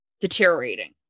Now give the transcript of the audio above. deteriorating